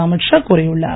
அமித் ஷா கூறியுள்ளார்